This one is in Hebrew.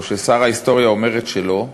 או ששר ההיסטוריה אומר את שלו,